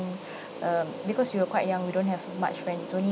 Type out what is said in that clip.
um because we were quite young we don't have much friends only